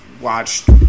watched